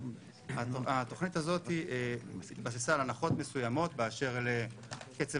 התוכנית הזאת התבססה על הנחות מסוימות באשר לקצב